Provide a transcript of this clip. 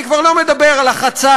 אני כבר לא מדבר על החצץ,